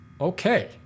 Okay